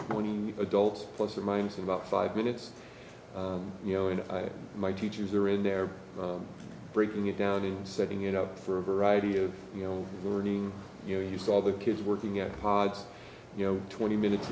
twenty adults plus or minus about five minutes you know and my teachers are in there breaking it down and setting it up for a variety of you know learning you know you saw the kids working at pods you know twenty minutes